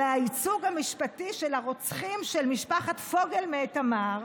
הייצוג המשפטי של הרוצחים של משפחת פוגל מאיתמר,